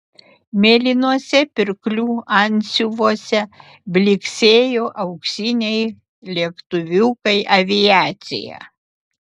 mėlynuose pirklių antsiuvuose blyksėjo auksiniai lėktuviukai aviacija